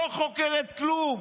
לא חוקרת כלום.